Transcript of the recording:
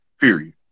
Period